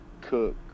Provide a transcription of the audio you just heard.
Cook